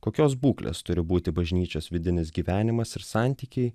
kokios būklės turi būti bažnyčios vidinis gyvenimas ir santykiai